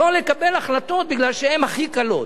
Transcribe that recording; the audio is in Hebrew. לא לקבל החלטות מפני שהן הכי קלות.